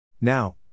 Now